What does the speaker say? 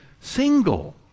single